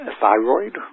thyroid